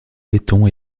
laiton